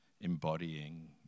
embodying